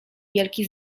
wielki